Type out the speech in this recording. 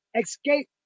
escape